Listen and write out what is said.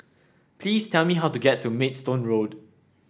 please tell me how to get to Maidstone Road